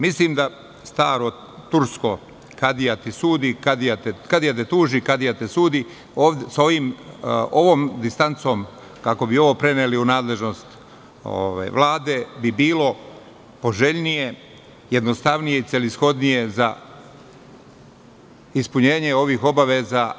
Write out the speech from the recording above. Mislim da ona izreka: "Kadija te tuži, kadija ti sudi", sa ovom distancom, ako bi ovo preneli u nadležnost Vlade bi bilo poželjnije, jednostavnije i celishodnije za ispunjenje ovih obaveza.